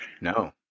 No